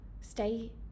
Stay